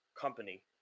company